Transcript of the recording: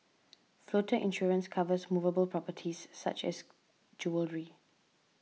floater insurance covers movable properties such as jewellery